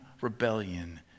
rebellion